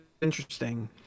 interesting